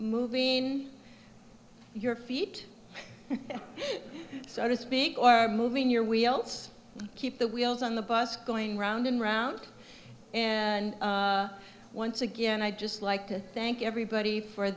moving your feet so to speak or move in your wheels keep the wheels on the bus going round and round and once again i just like to thank everybody for